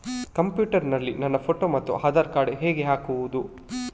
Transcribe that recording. Computer ನಲ್ಲಿ ನನ್ನ photo ಮತ್ತು ಆಧಾರ್ ಕಾರ್ಡ್ ಹೇಗೆ ಹಾಕುವುದು?